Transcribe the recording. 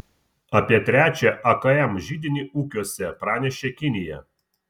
apie trečią akm židinį ūkiuose pranešė kinija